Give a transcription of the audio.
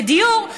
בדיור,